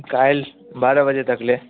काल्हि बारह बजे तकले